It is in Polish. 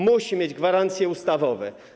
Musimy mieć gwarancje ustawowe.